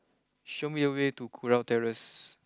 show me the way to Kurau Terrace